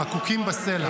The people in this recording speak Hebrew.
חקוקים בסלע.